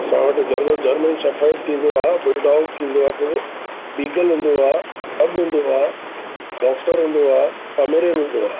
असां वटि German German shepherd थींदो आहे बुलडॉग थींदो आहे पुर ॿीगल हुंदो आहे पॻु हुंदो आहे रॉक्स्टर हुंदो आहे पमेरियन हुंदो आहे